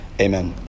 Amen